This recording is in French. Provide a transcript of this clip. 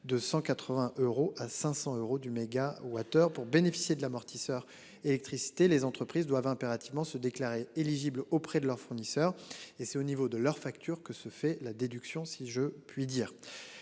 de 180 euros à 500 euros du MWh pour bénéficier de l'amortisseur électricité les entreprises doivent impérativement se déclarer éligible auprès de leurs fournisseurs et c'est au niveau de leur facture que se fait la déduction si je puis dire.